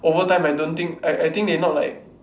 over time I don't think I I think they not like